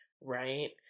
right